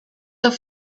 have